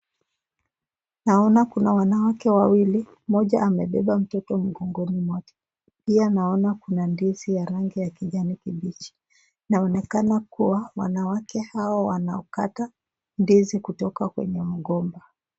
Naona kuna wanawake waiwili, mmoja amebeba mtoto mgogoni mwake pia naona kuna ndizi ya rangi ya kijani kibichi. Ina onekana kuwa wanawake hawa wanakata ndizi kutoka kwenye mgomba.